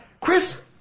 Chris